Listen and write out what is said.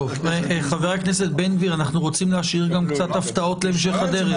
אנחנו רוצים להשאיר הפתעות להמשך הדרך.